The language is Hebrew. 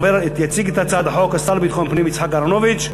יציג את הצעת החוק השר לביטחון פנים יצחק אהרונוביץ.